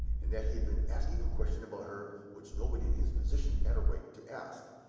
and that he had been asking a question about her which nobody in his position had a right to ask.